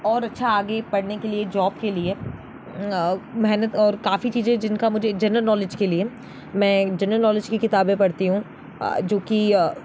और अच्छा आगे पढ़ने के लिए जॉब के लिए मेहनत और काफ़ी चीजें जिनका मुझे जनरल नॉलेज के लिए मैं जनरल नॉलेज की किताबें पढ़ती हूँ जो की